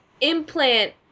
implant